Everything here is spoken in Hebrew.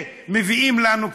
שמביאים לנו כאן,